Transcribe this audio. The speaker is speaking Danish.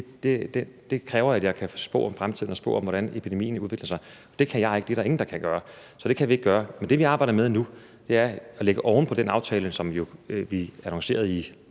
det kræver, at jeg kan spå om fremtiden og spå om, hvordan epidemien udvikler sig. Det kan jeg ikke, det er der ingen der kan gøre. Men det, vi arbejder med nu, er at lægge oven på den aftale, som vi jo annoncerede i